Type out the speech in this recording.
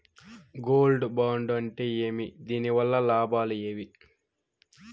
Gold bond అంటే ఏమి? దీని వల్ల లాభాలు ఏమి?